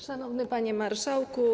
Szanowny Panie Marszałku!